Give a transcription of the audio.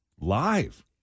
live